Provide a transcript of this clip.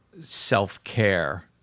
self-care